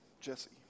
Jesse